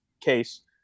case